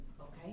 Okay